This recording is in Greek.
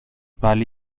πάλι